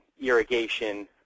irrigation